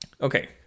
okay